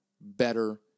better